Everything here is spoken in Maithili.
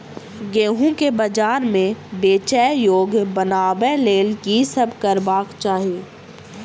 गेंहूँ केँ बजार मे बेचै योग्य बनाबय लेल की सब करबाक चाहि?